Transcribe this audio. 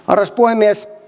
arvoisa puhemies